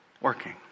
Working